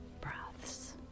breaths